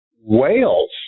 Wales